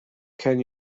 can